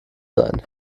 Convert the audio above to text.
sein